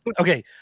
Okay